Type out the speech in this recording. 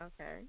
Okay